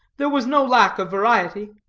there was no lack of variety.